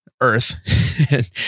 Earth